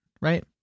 right